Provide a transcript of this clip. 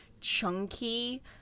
chunky